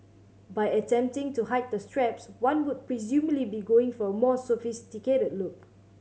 by attempting to hide the straps one would presumably be going for a more sophisticated look